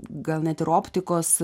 gal net ir optikos